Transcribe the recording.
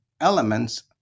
elements